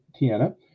Tiana